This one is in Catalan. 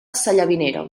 sallavinera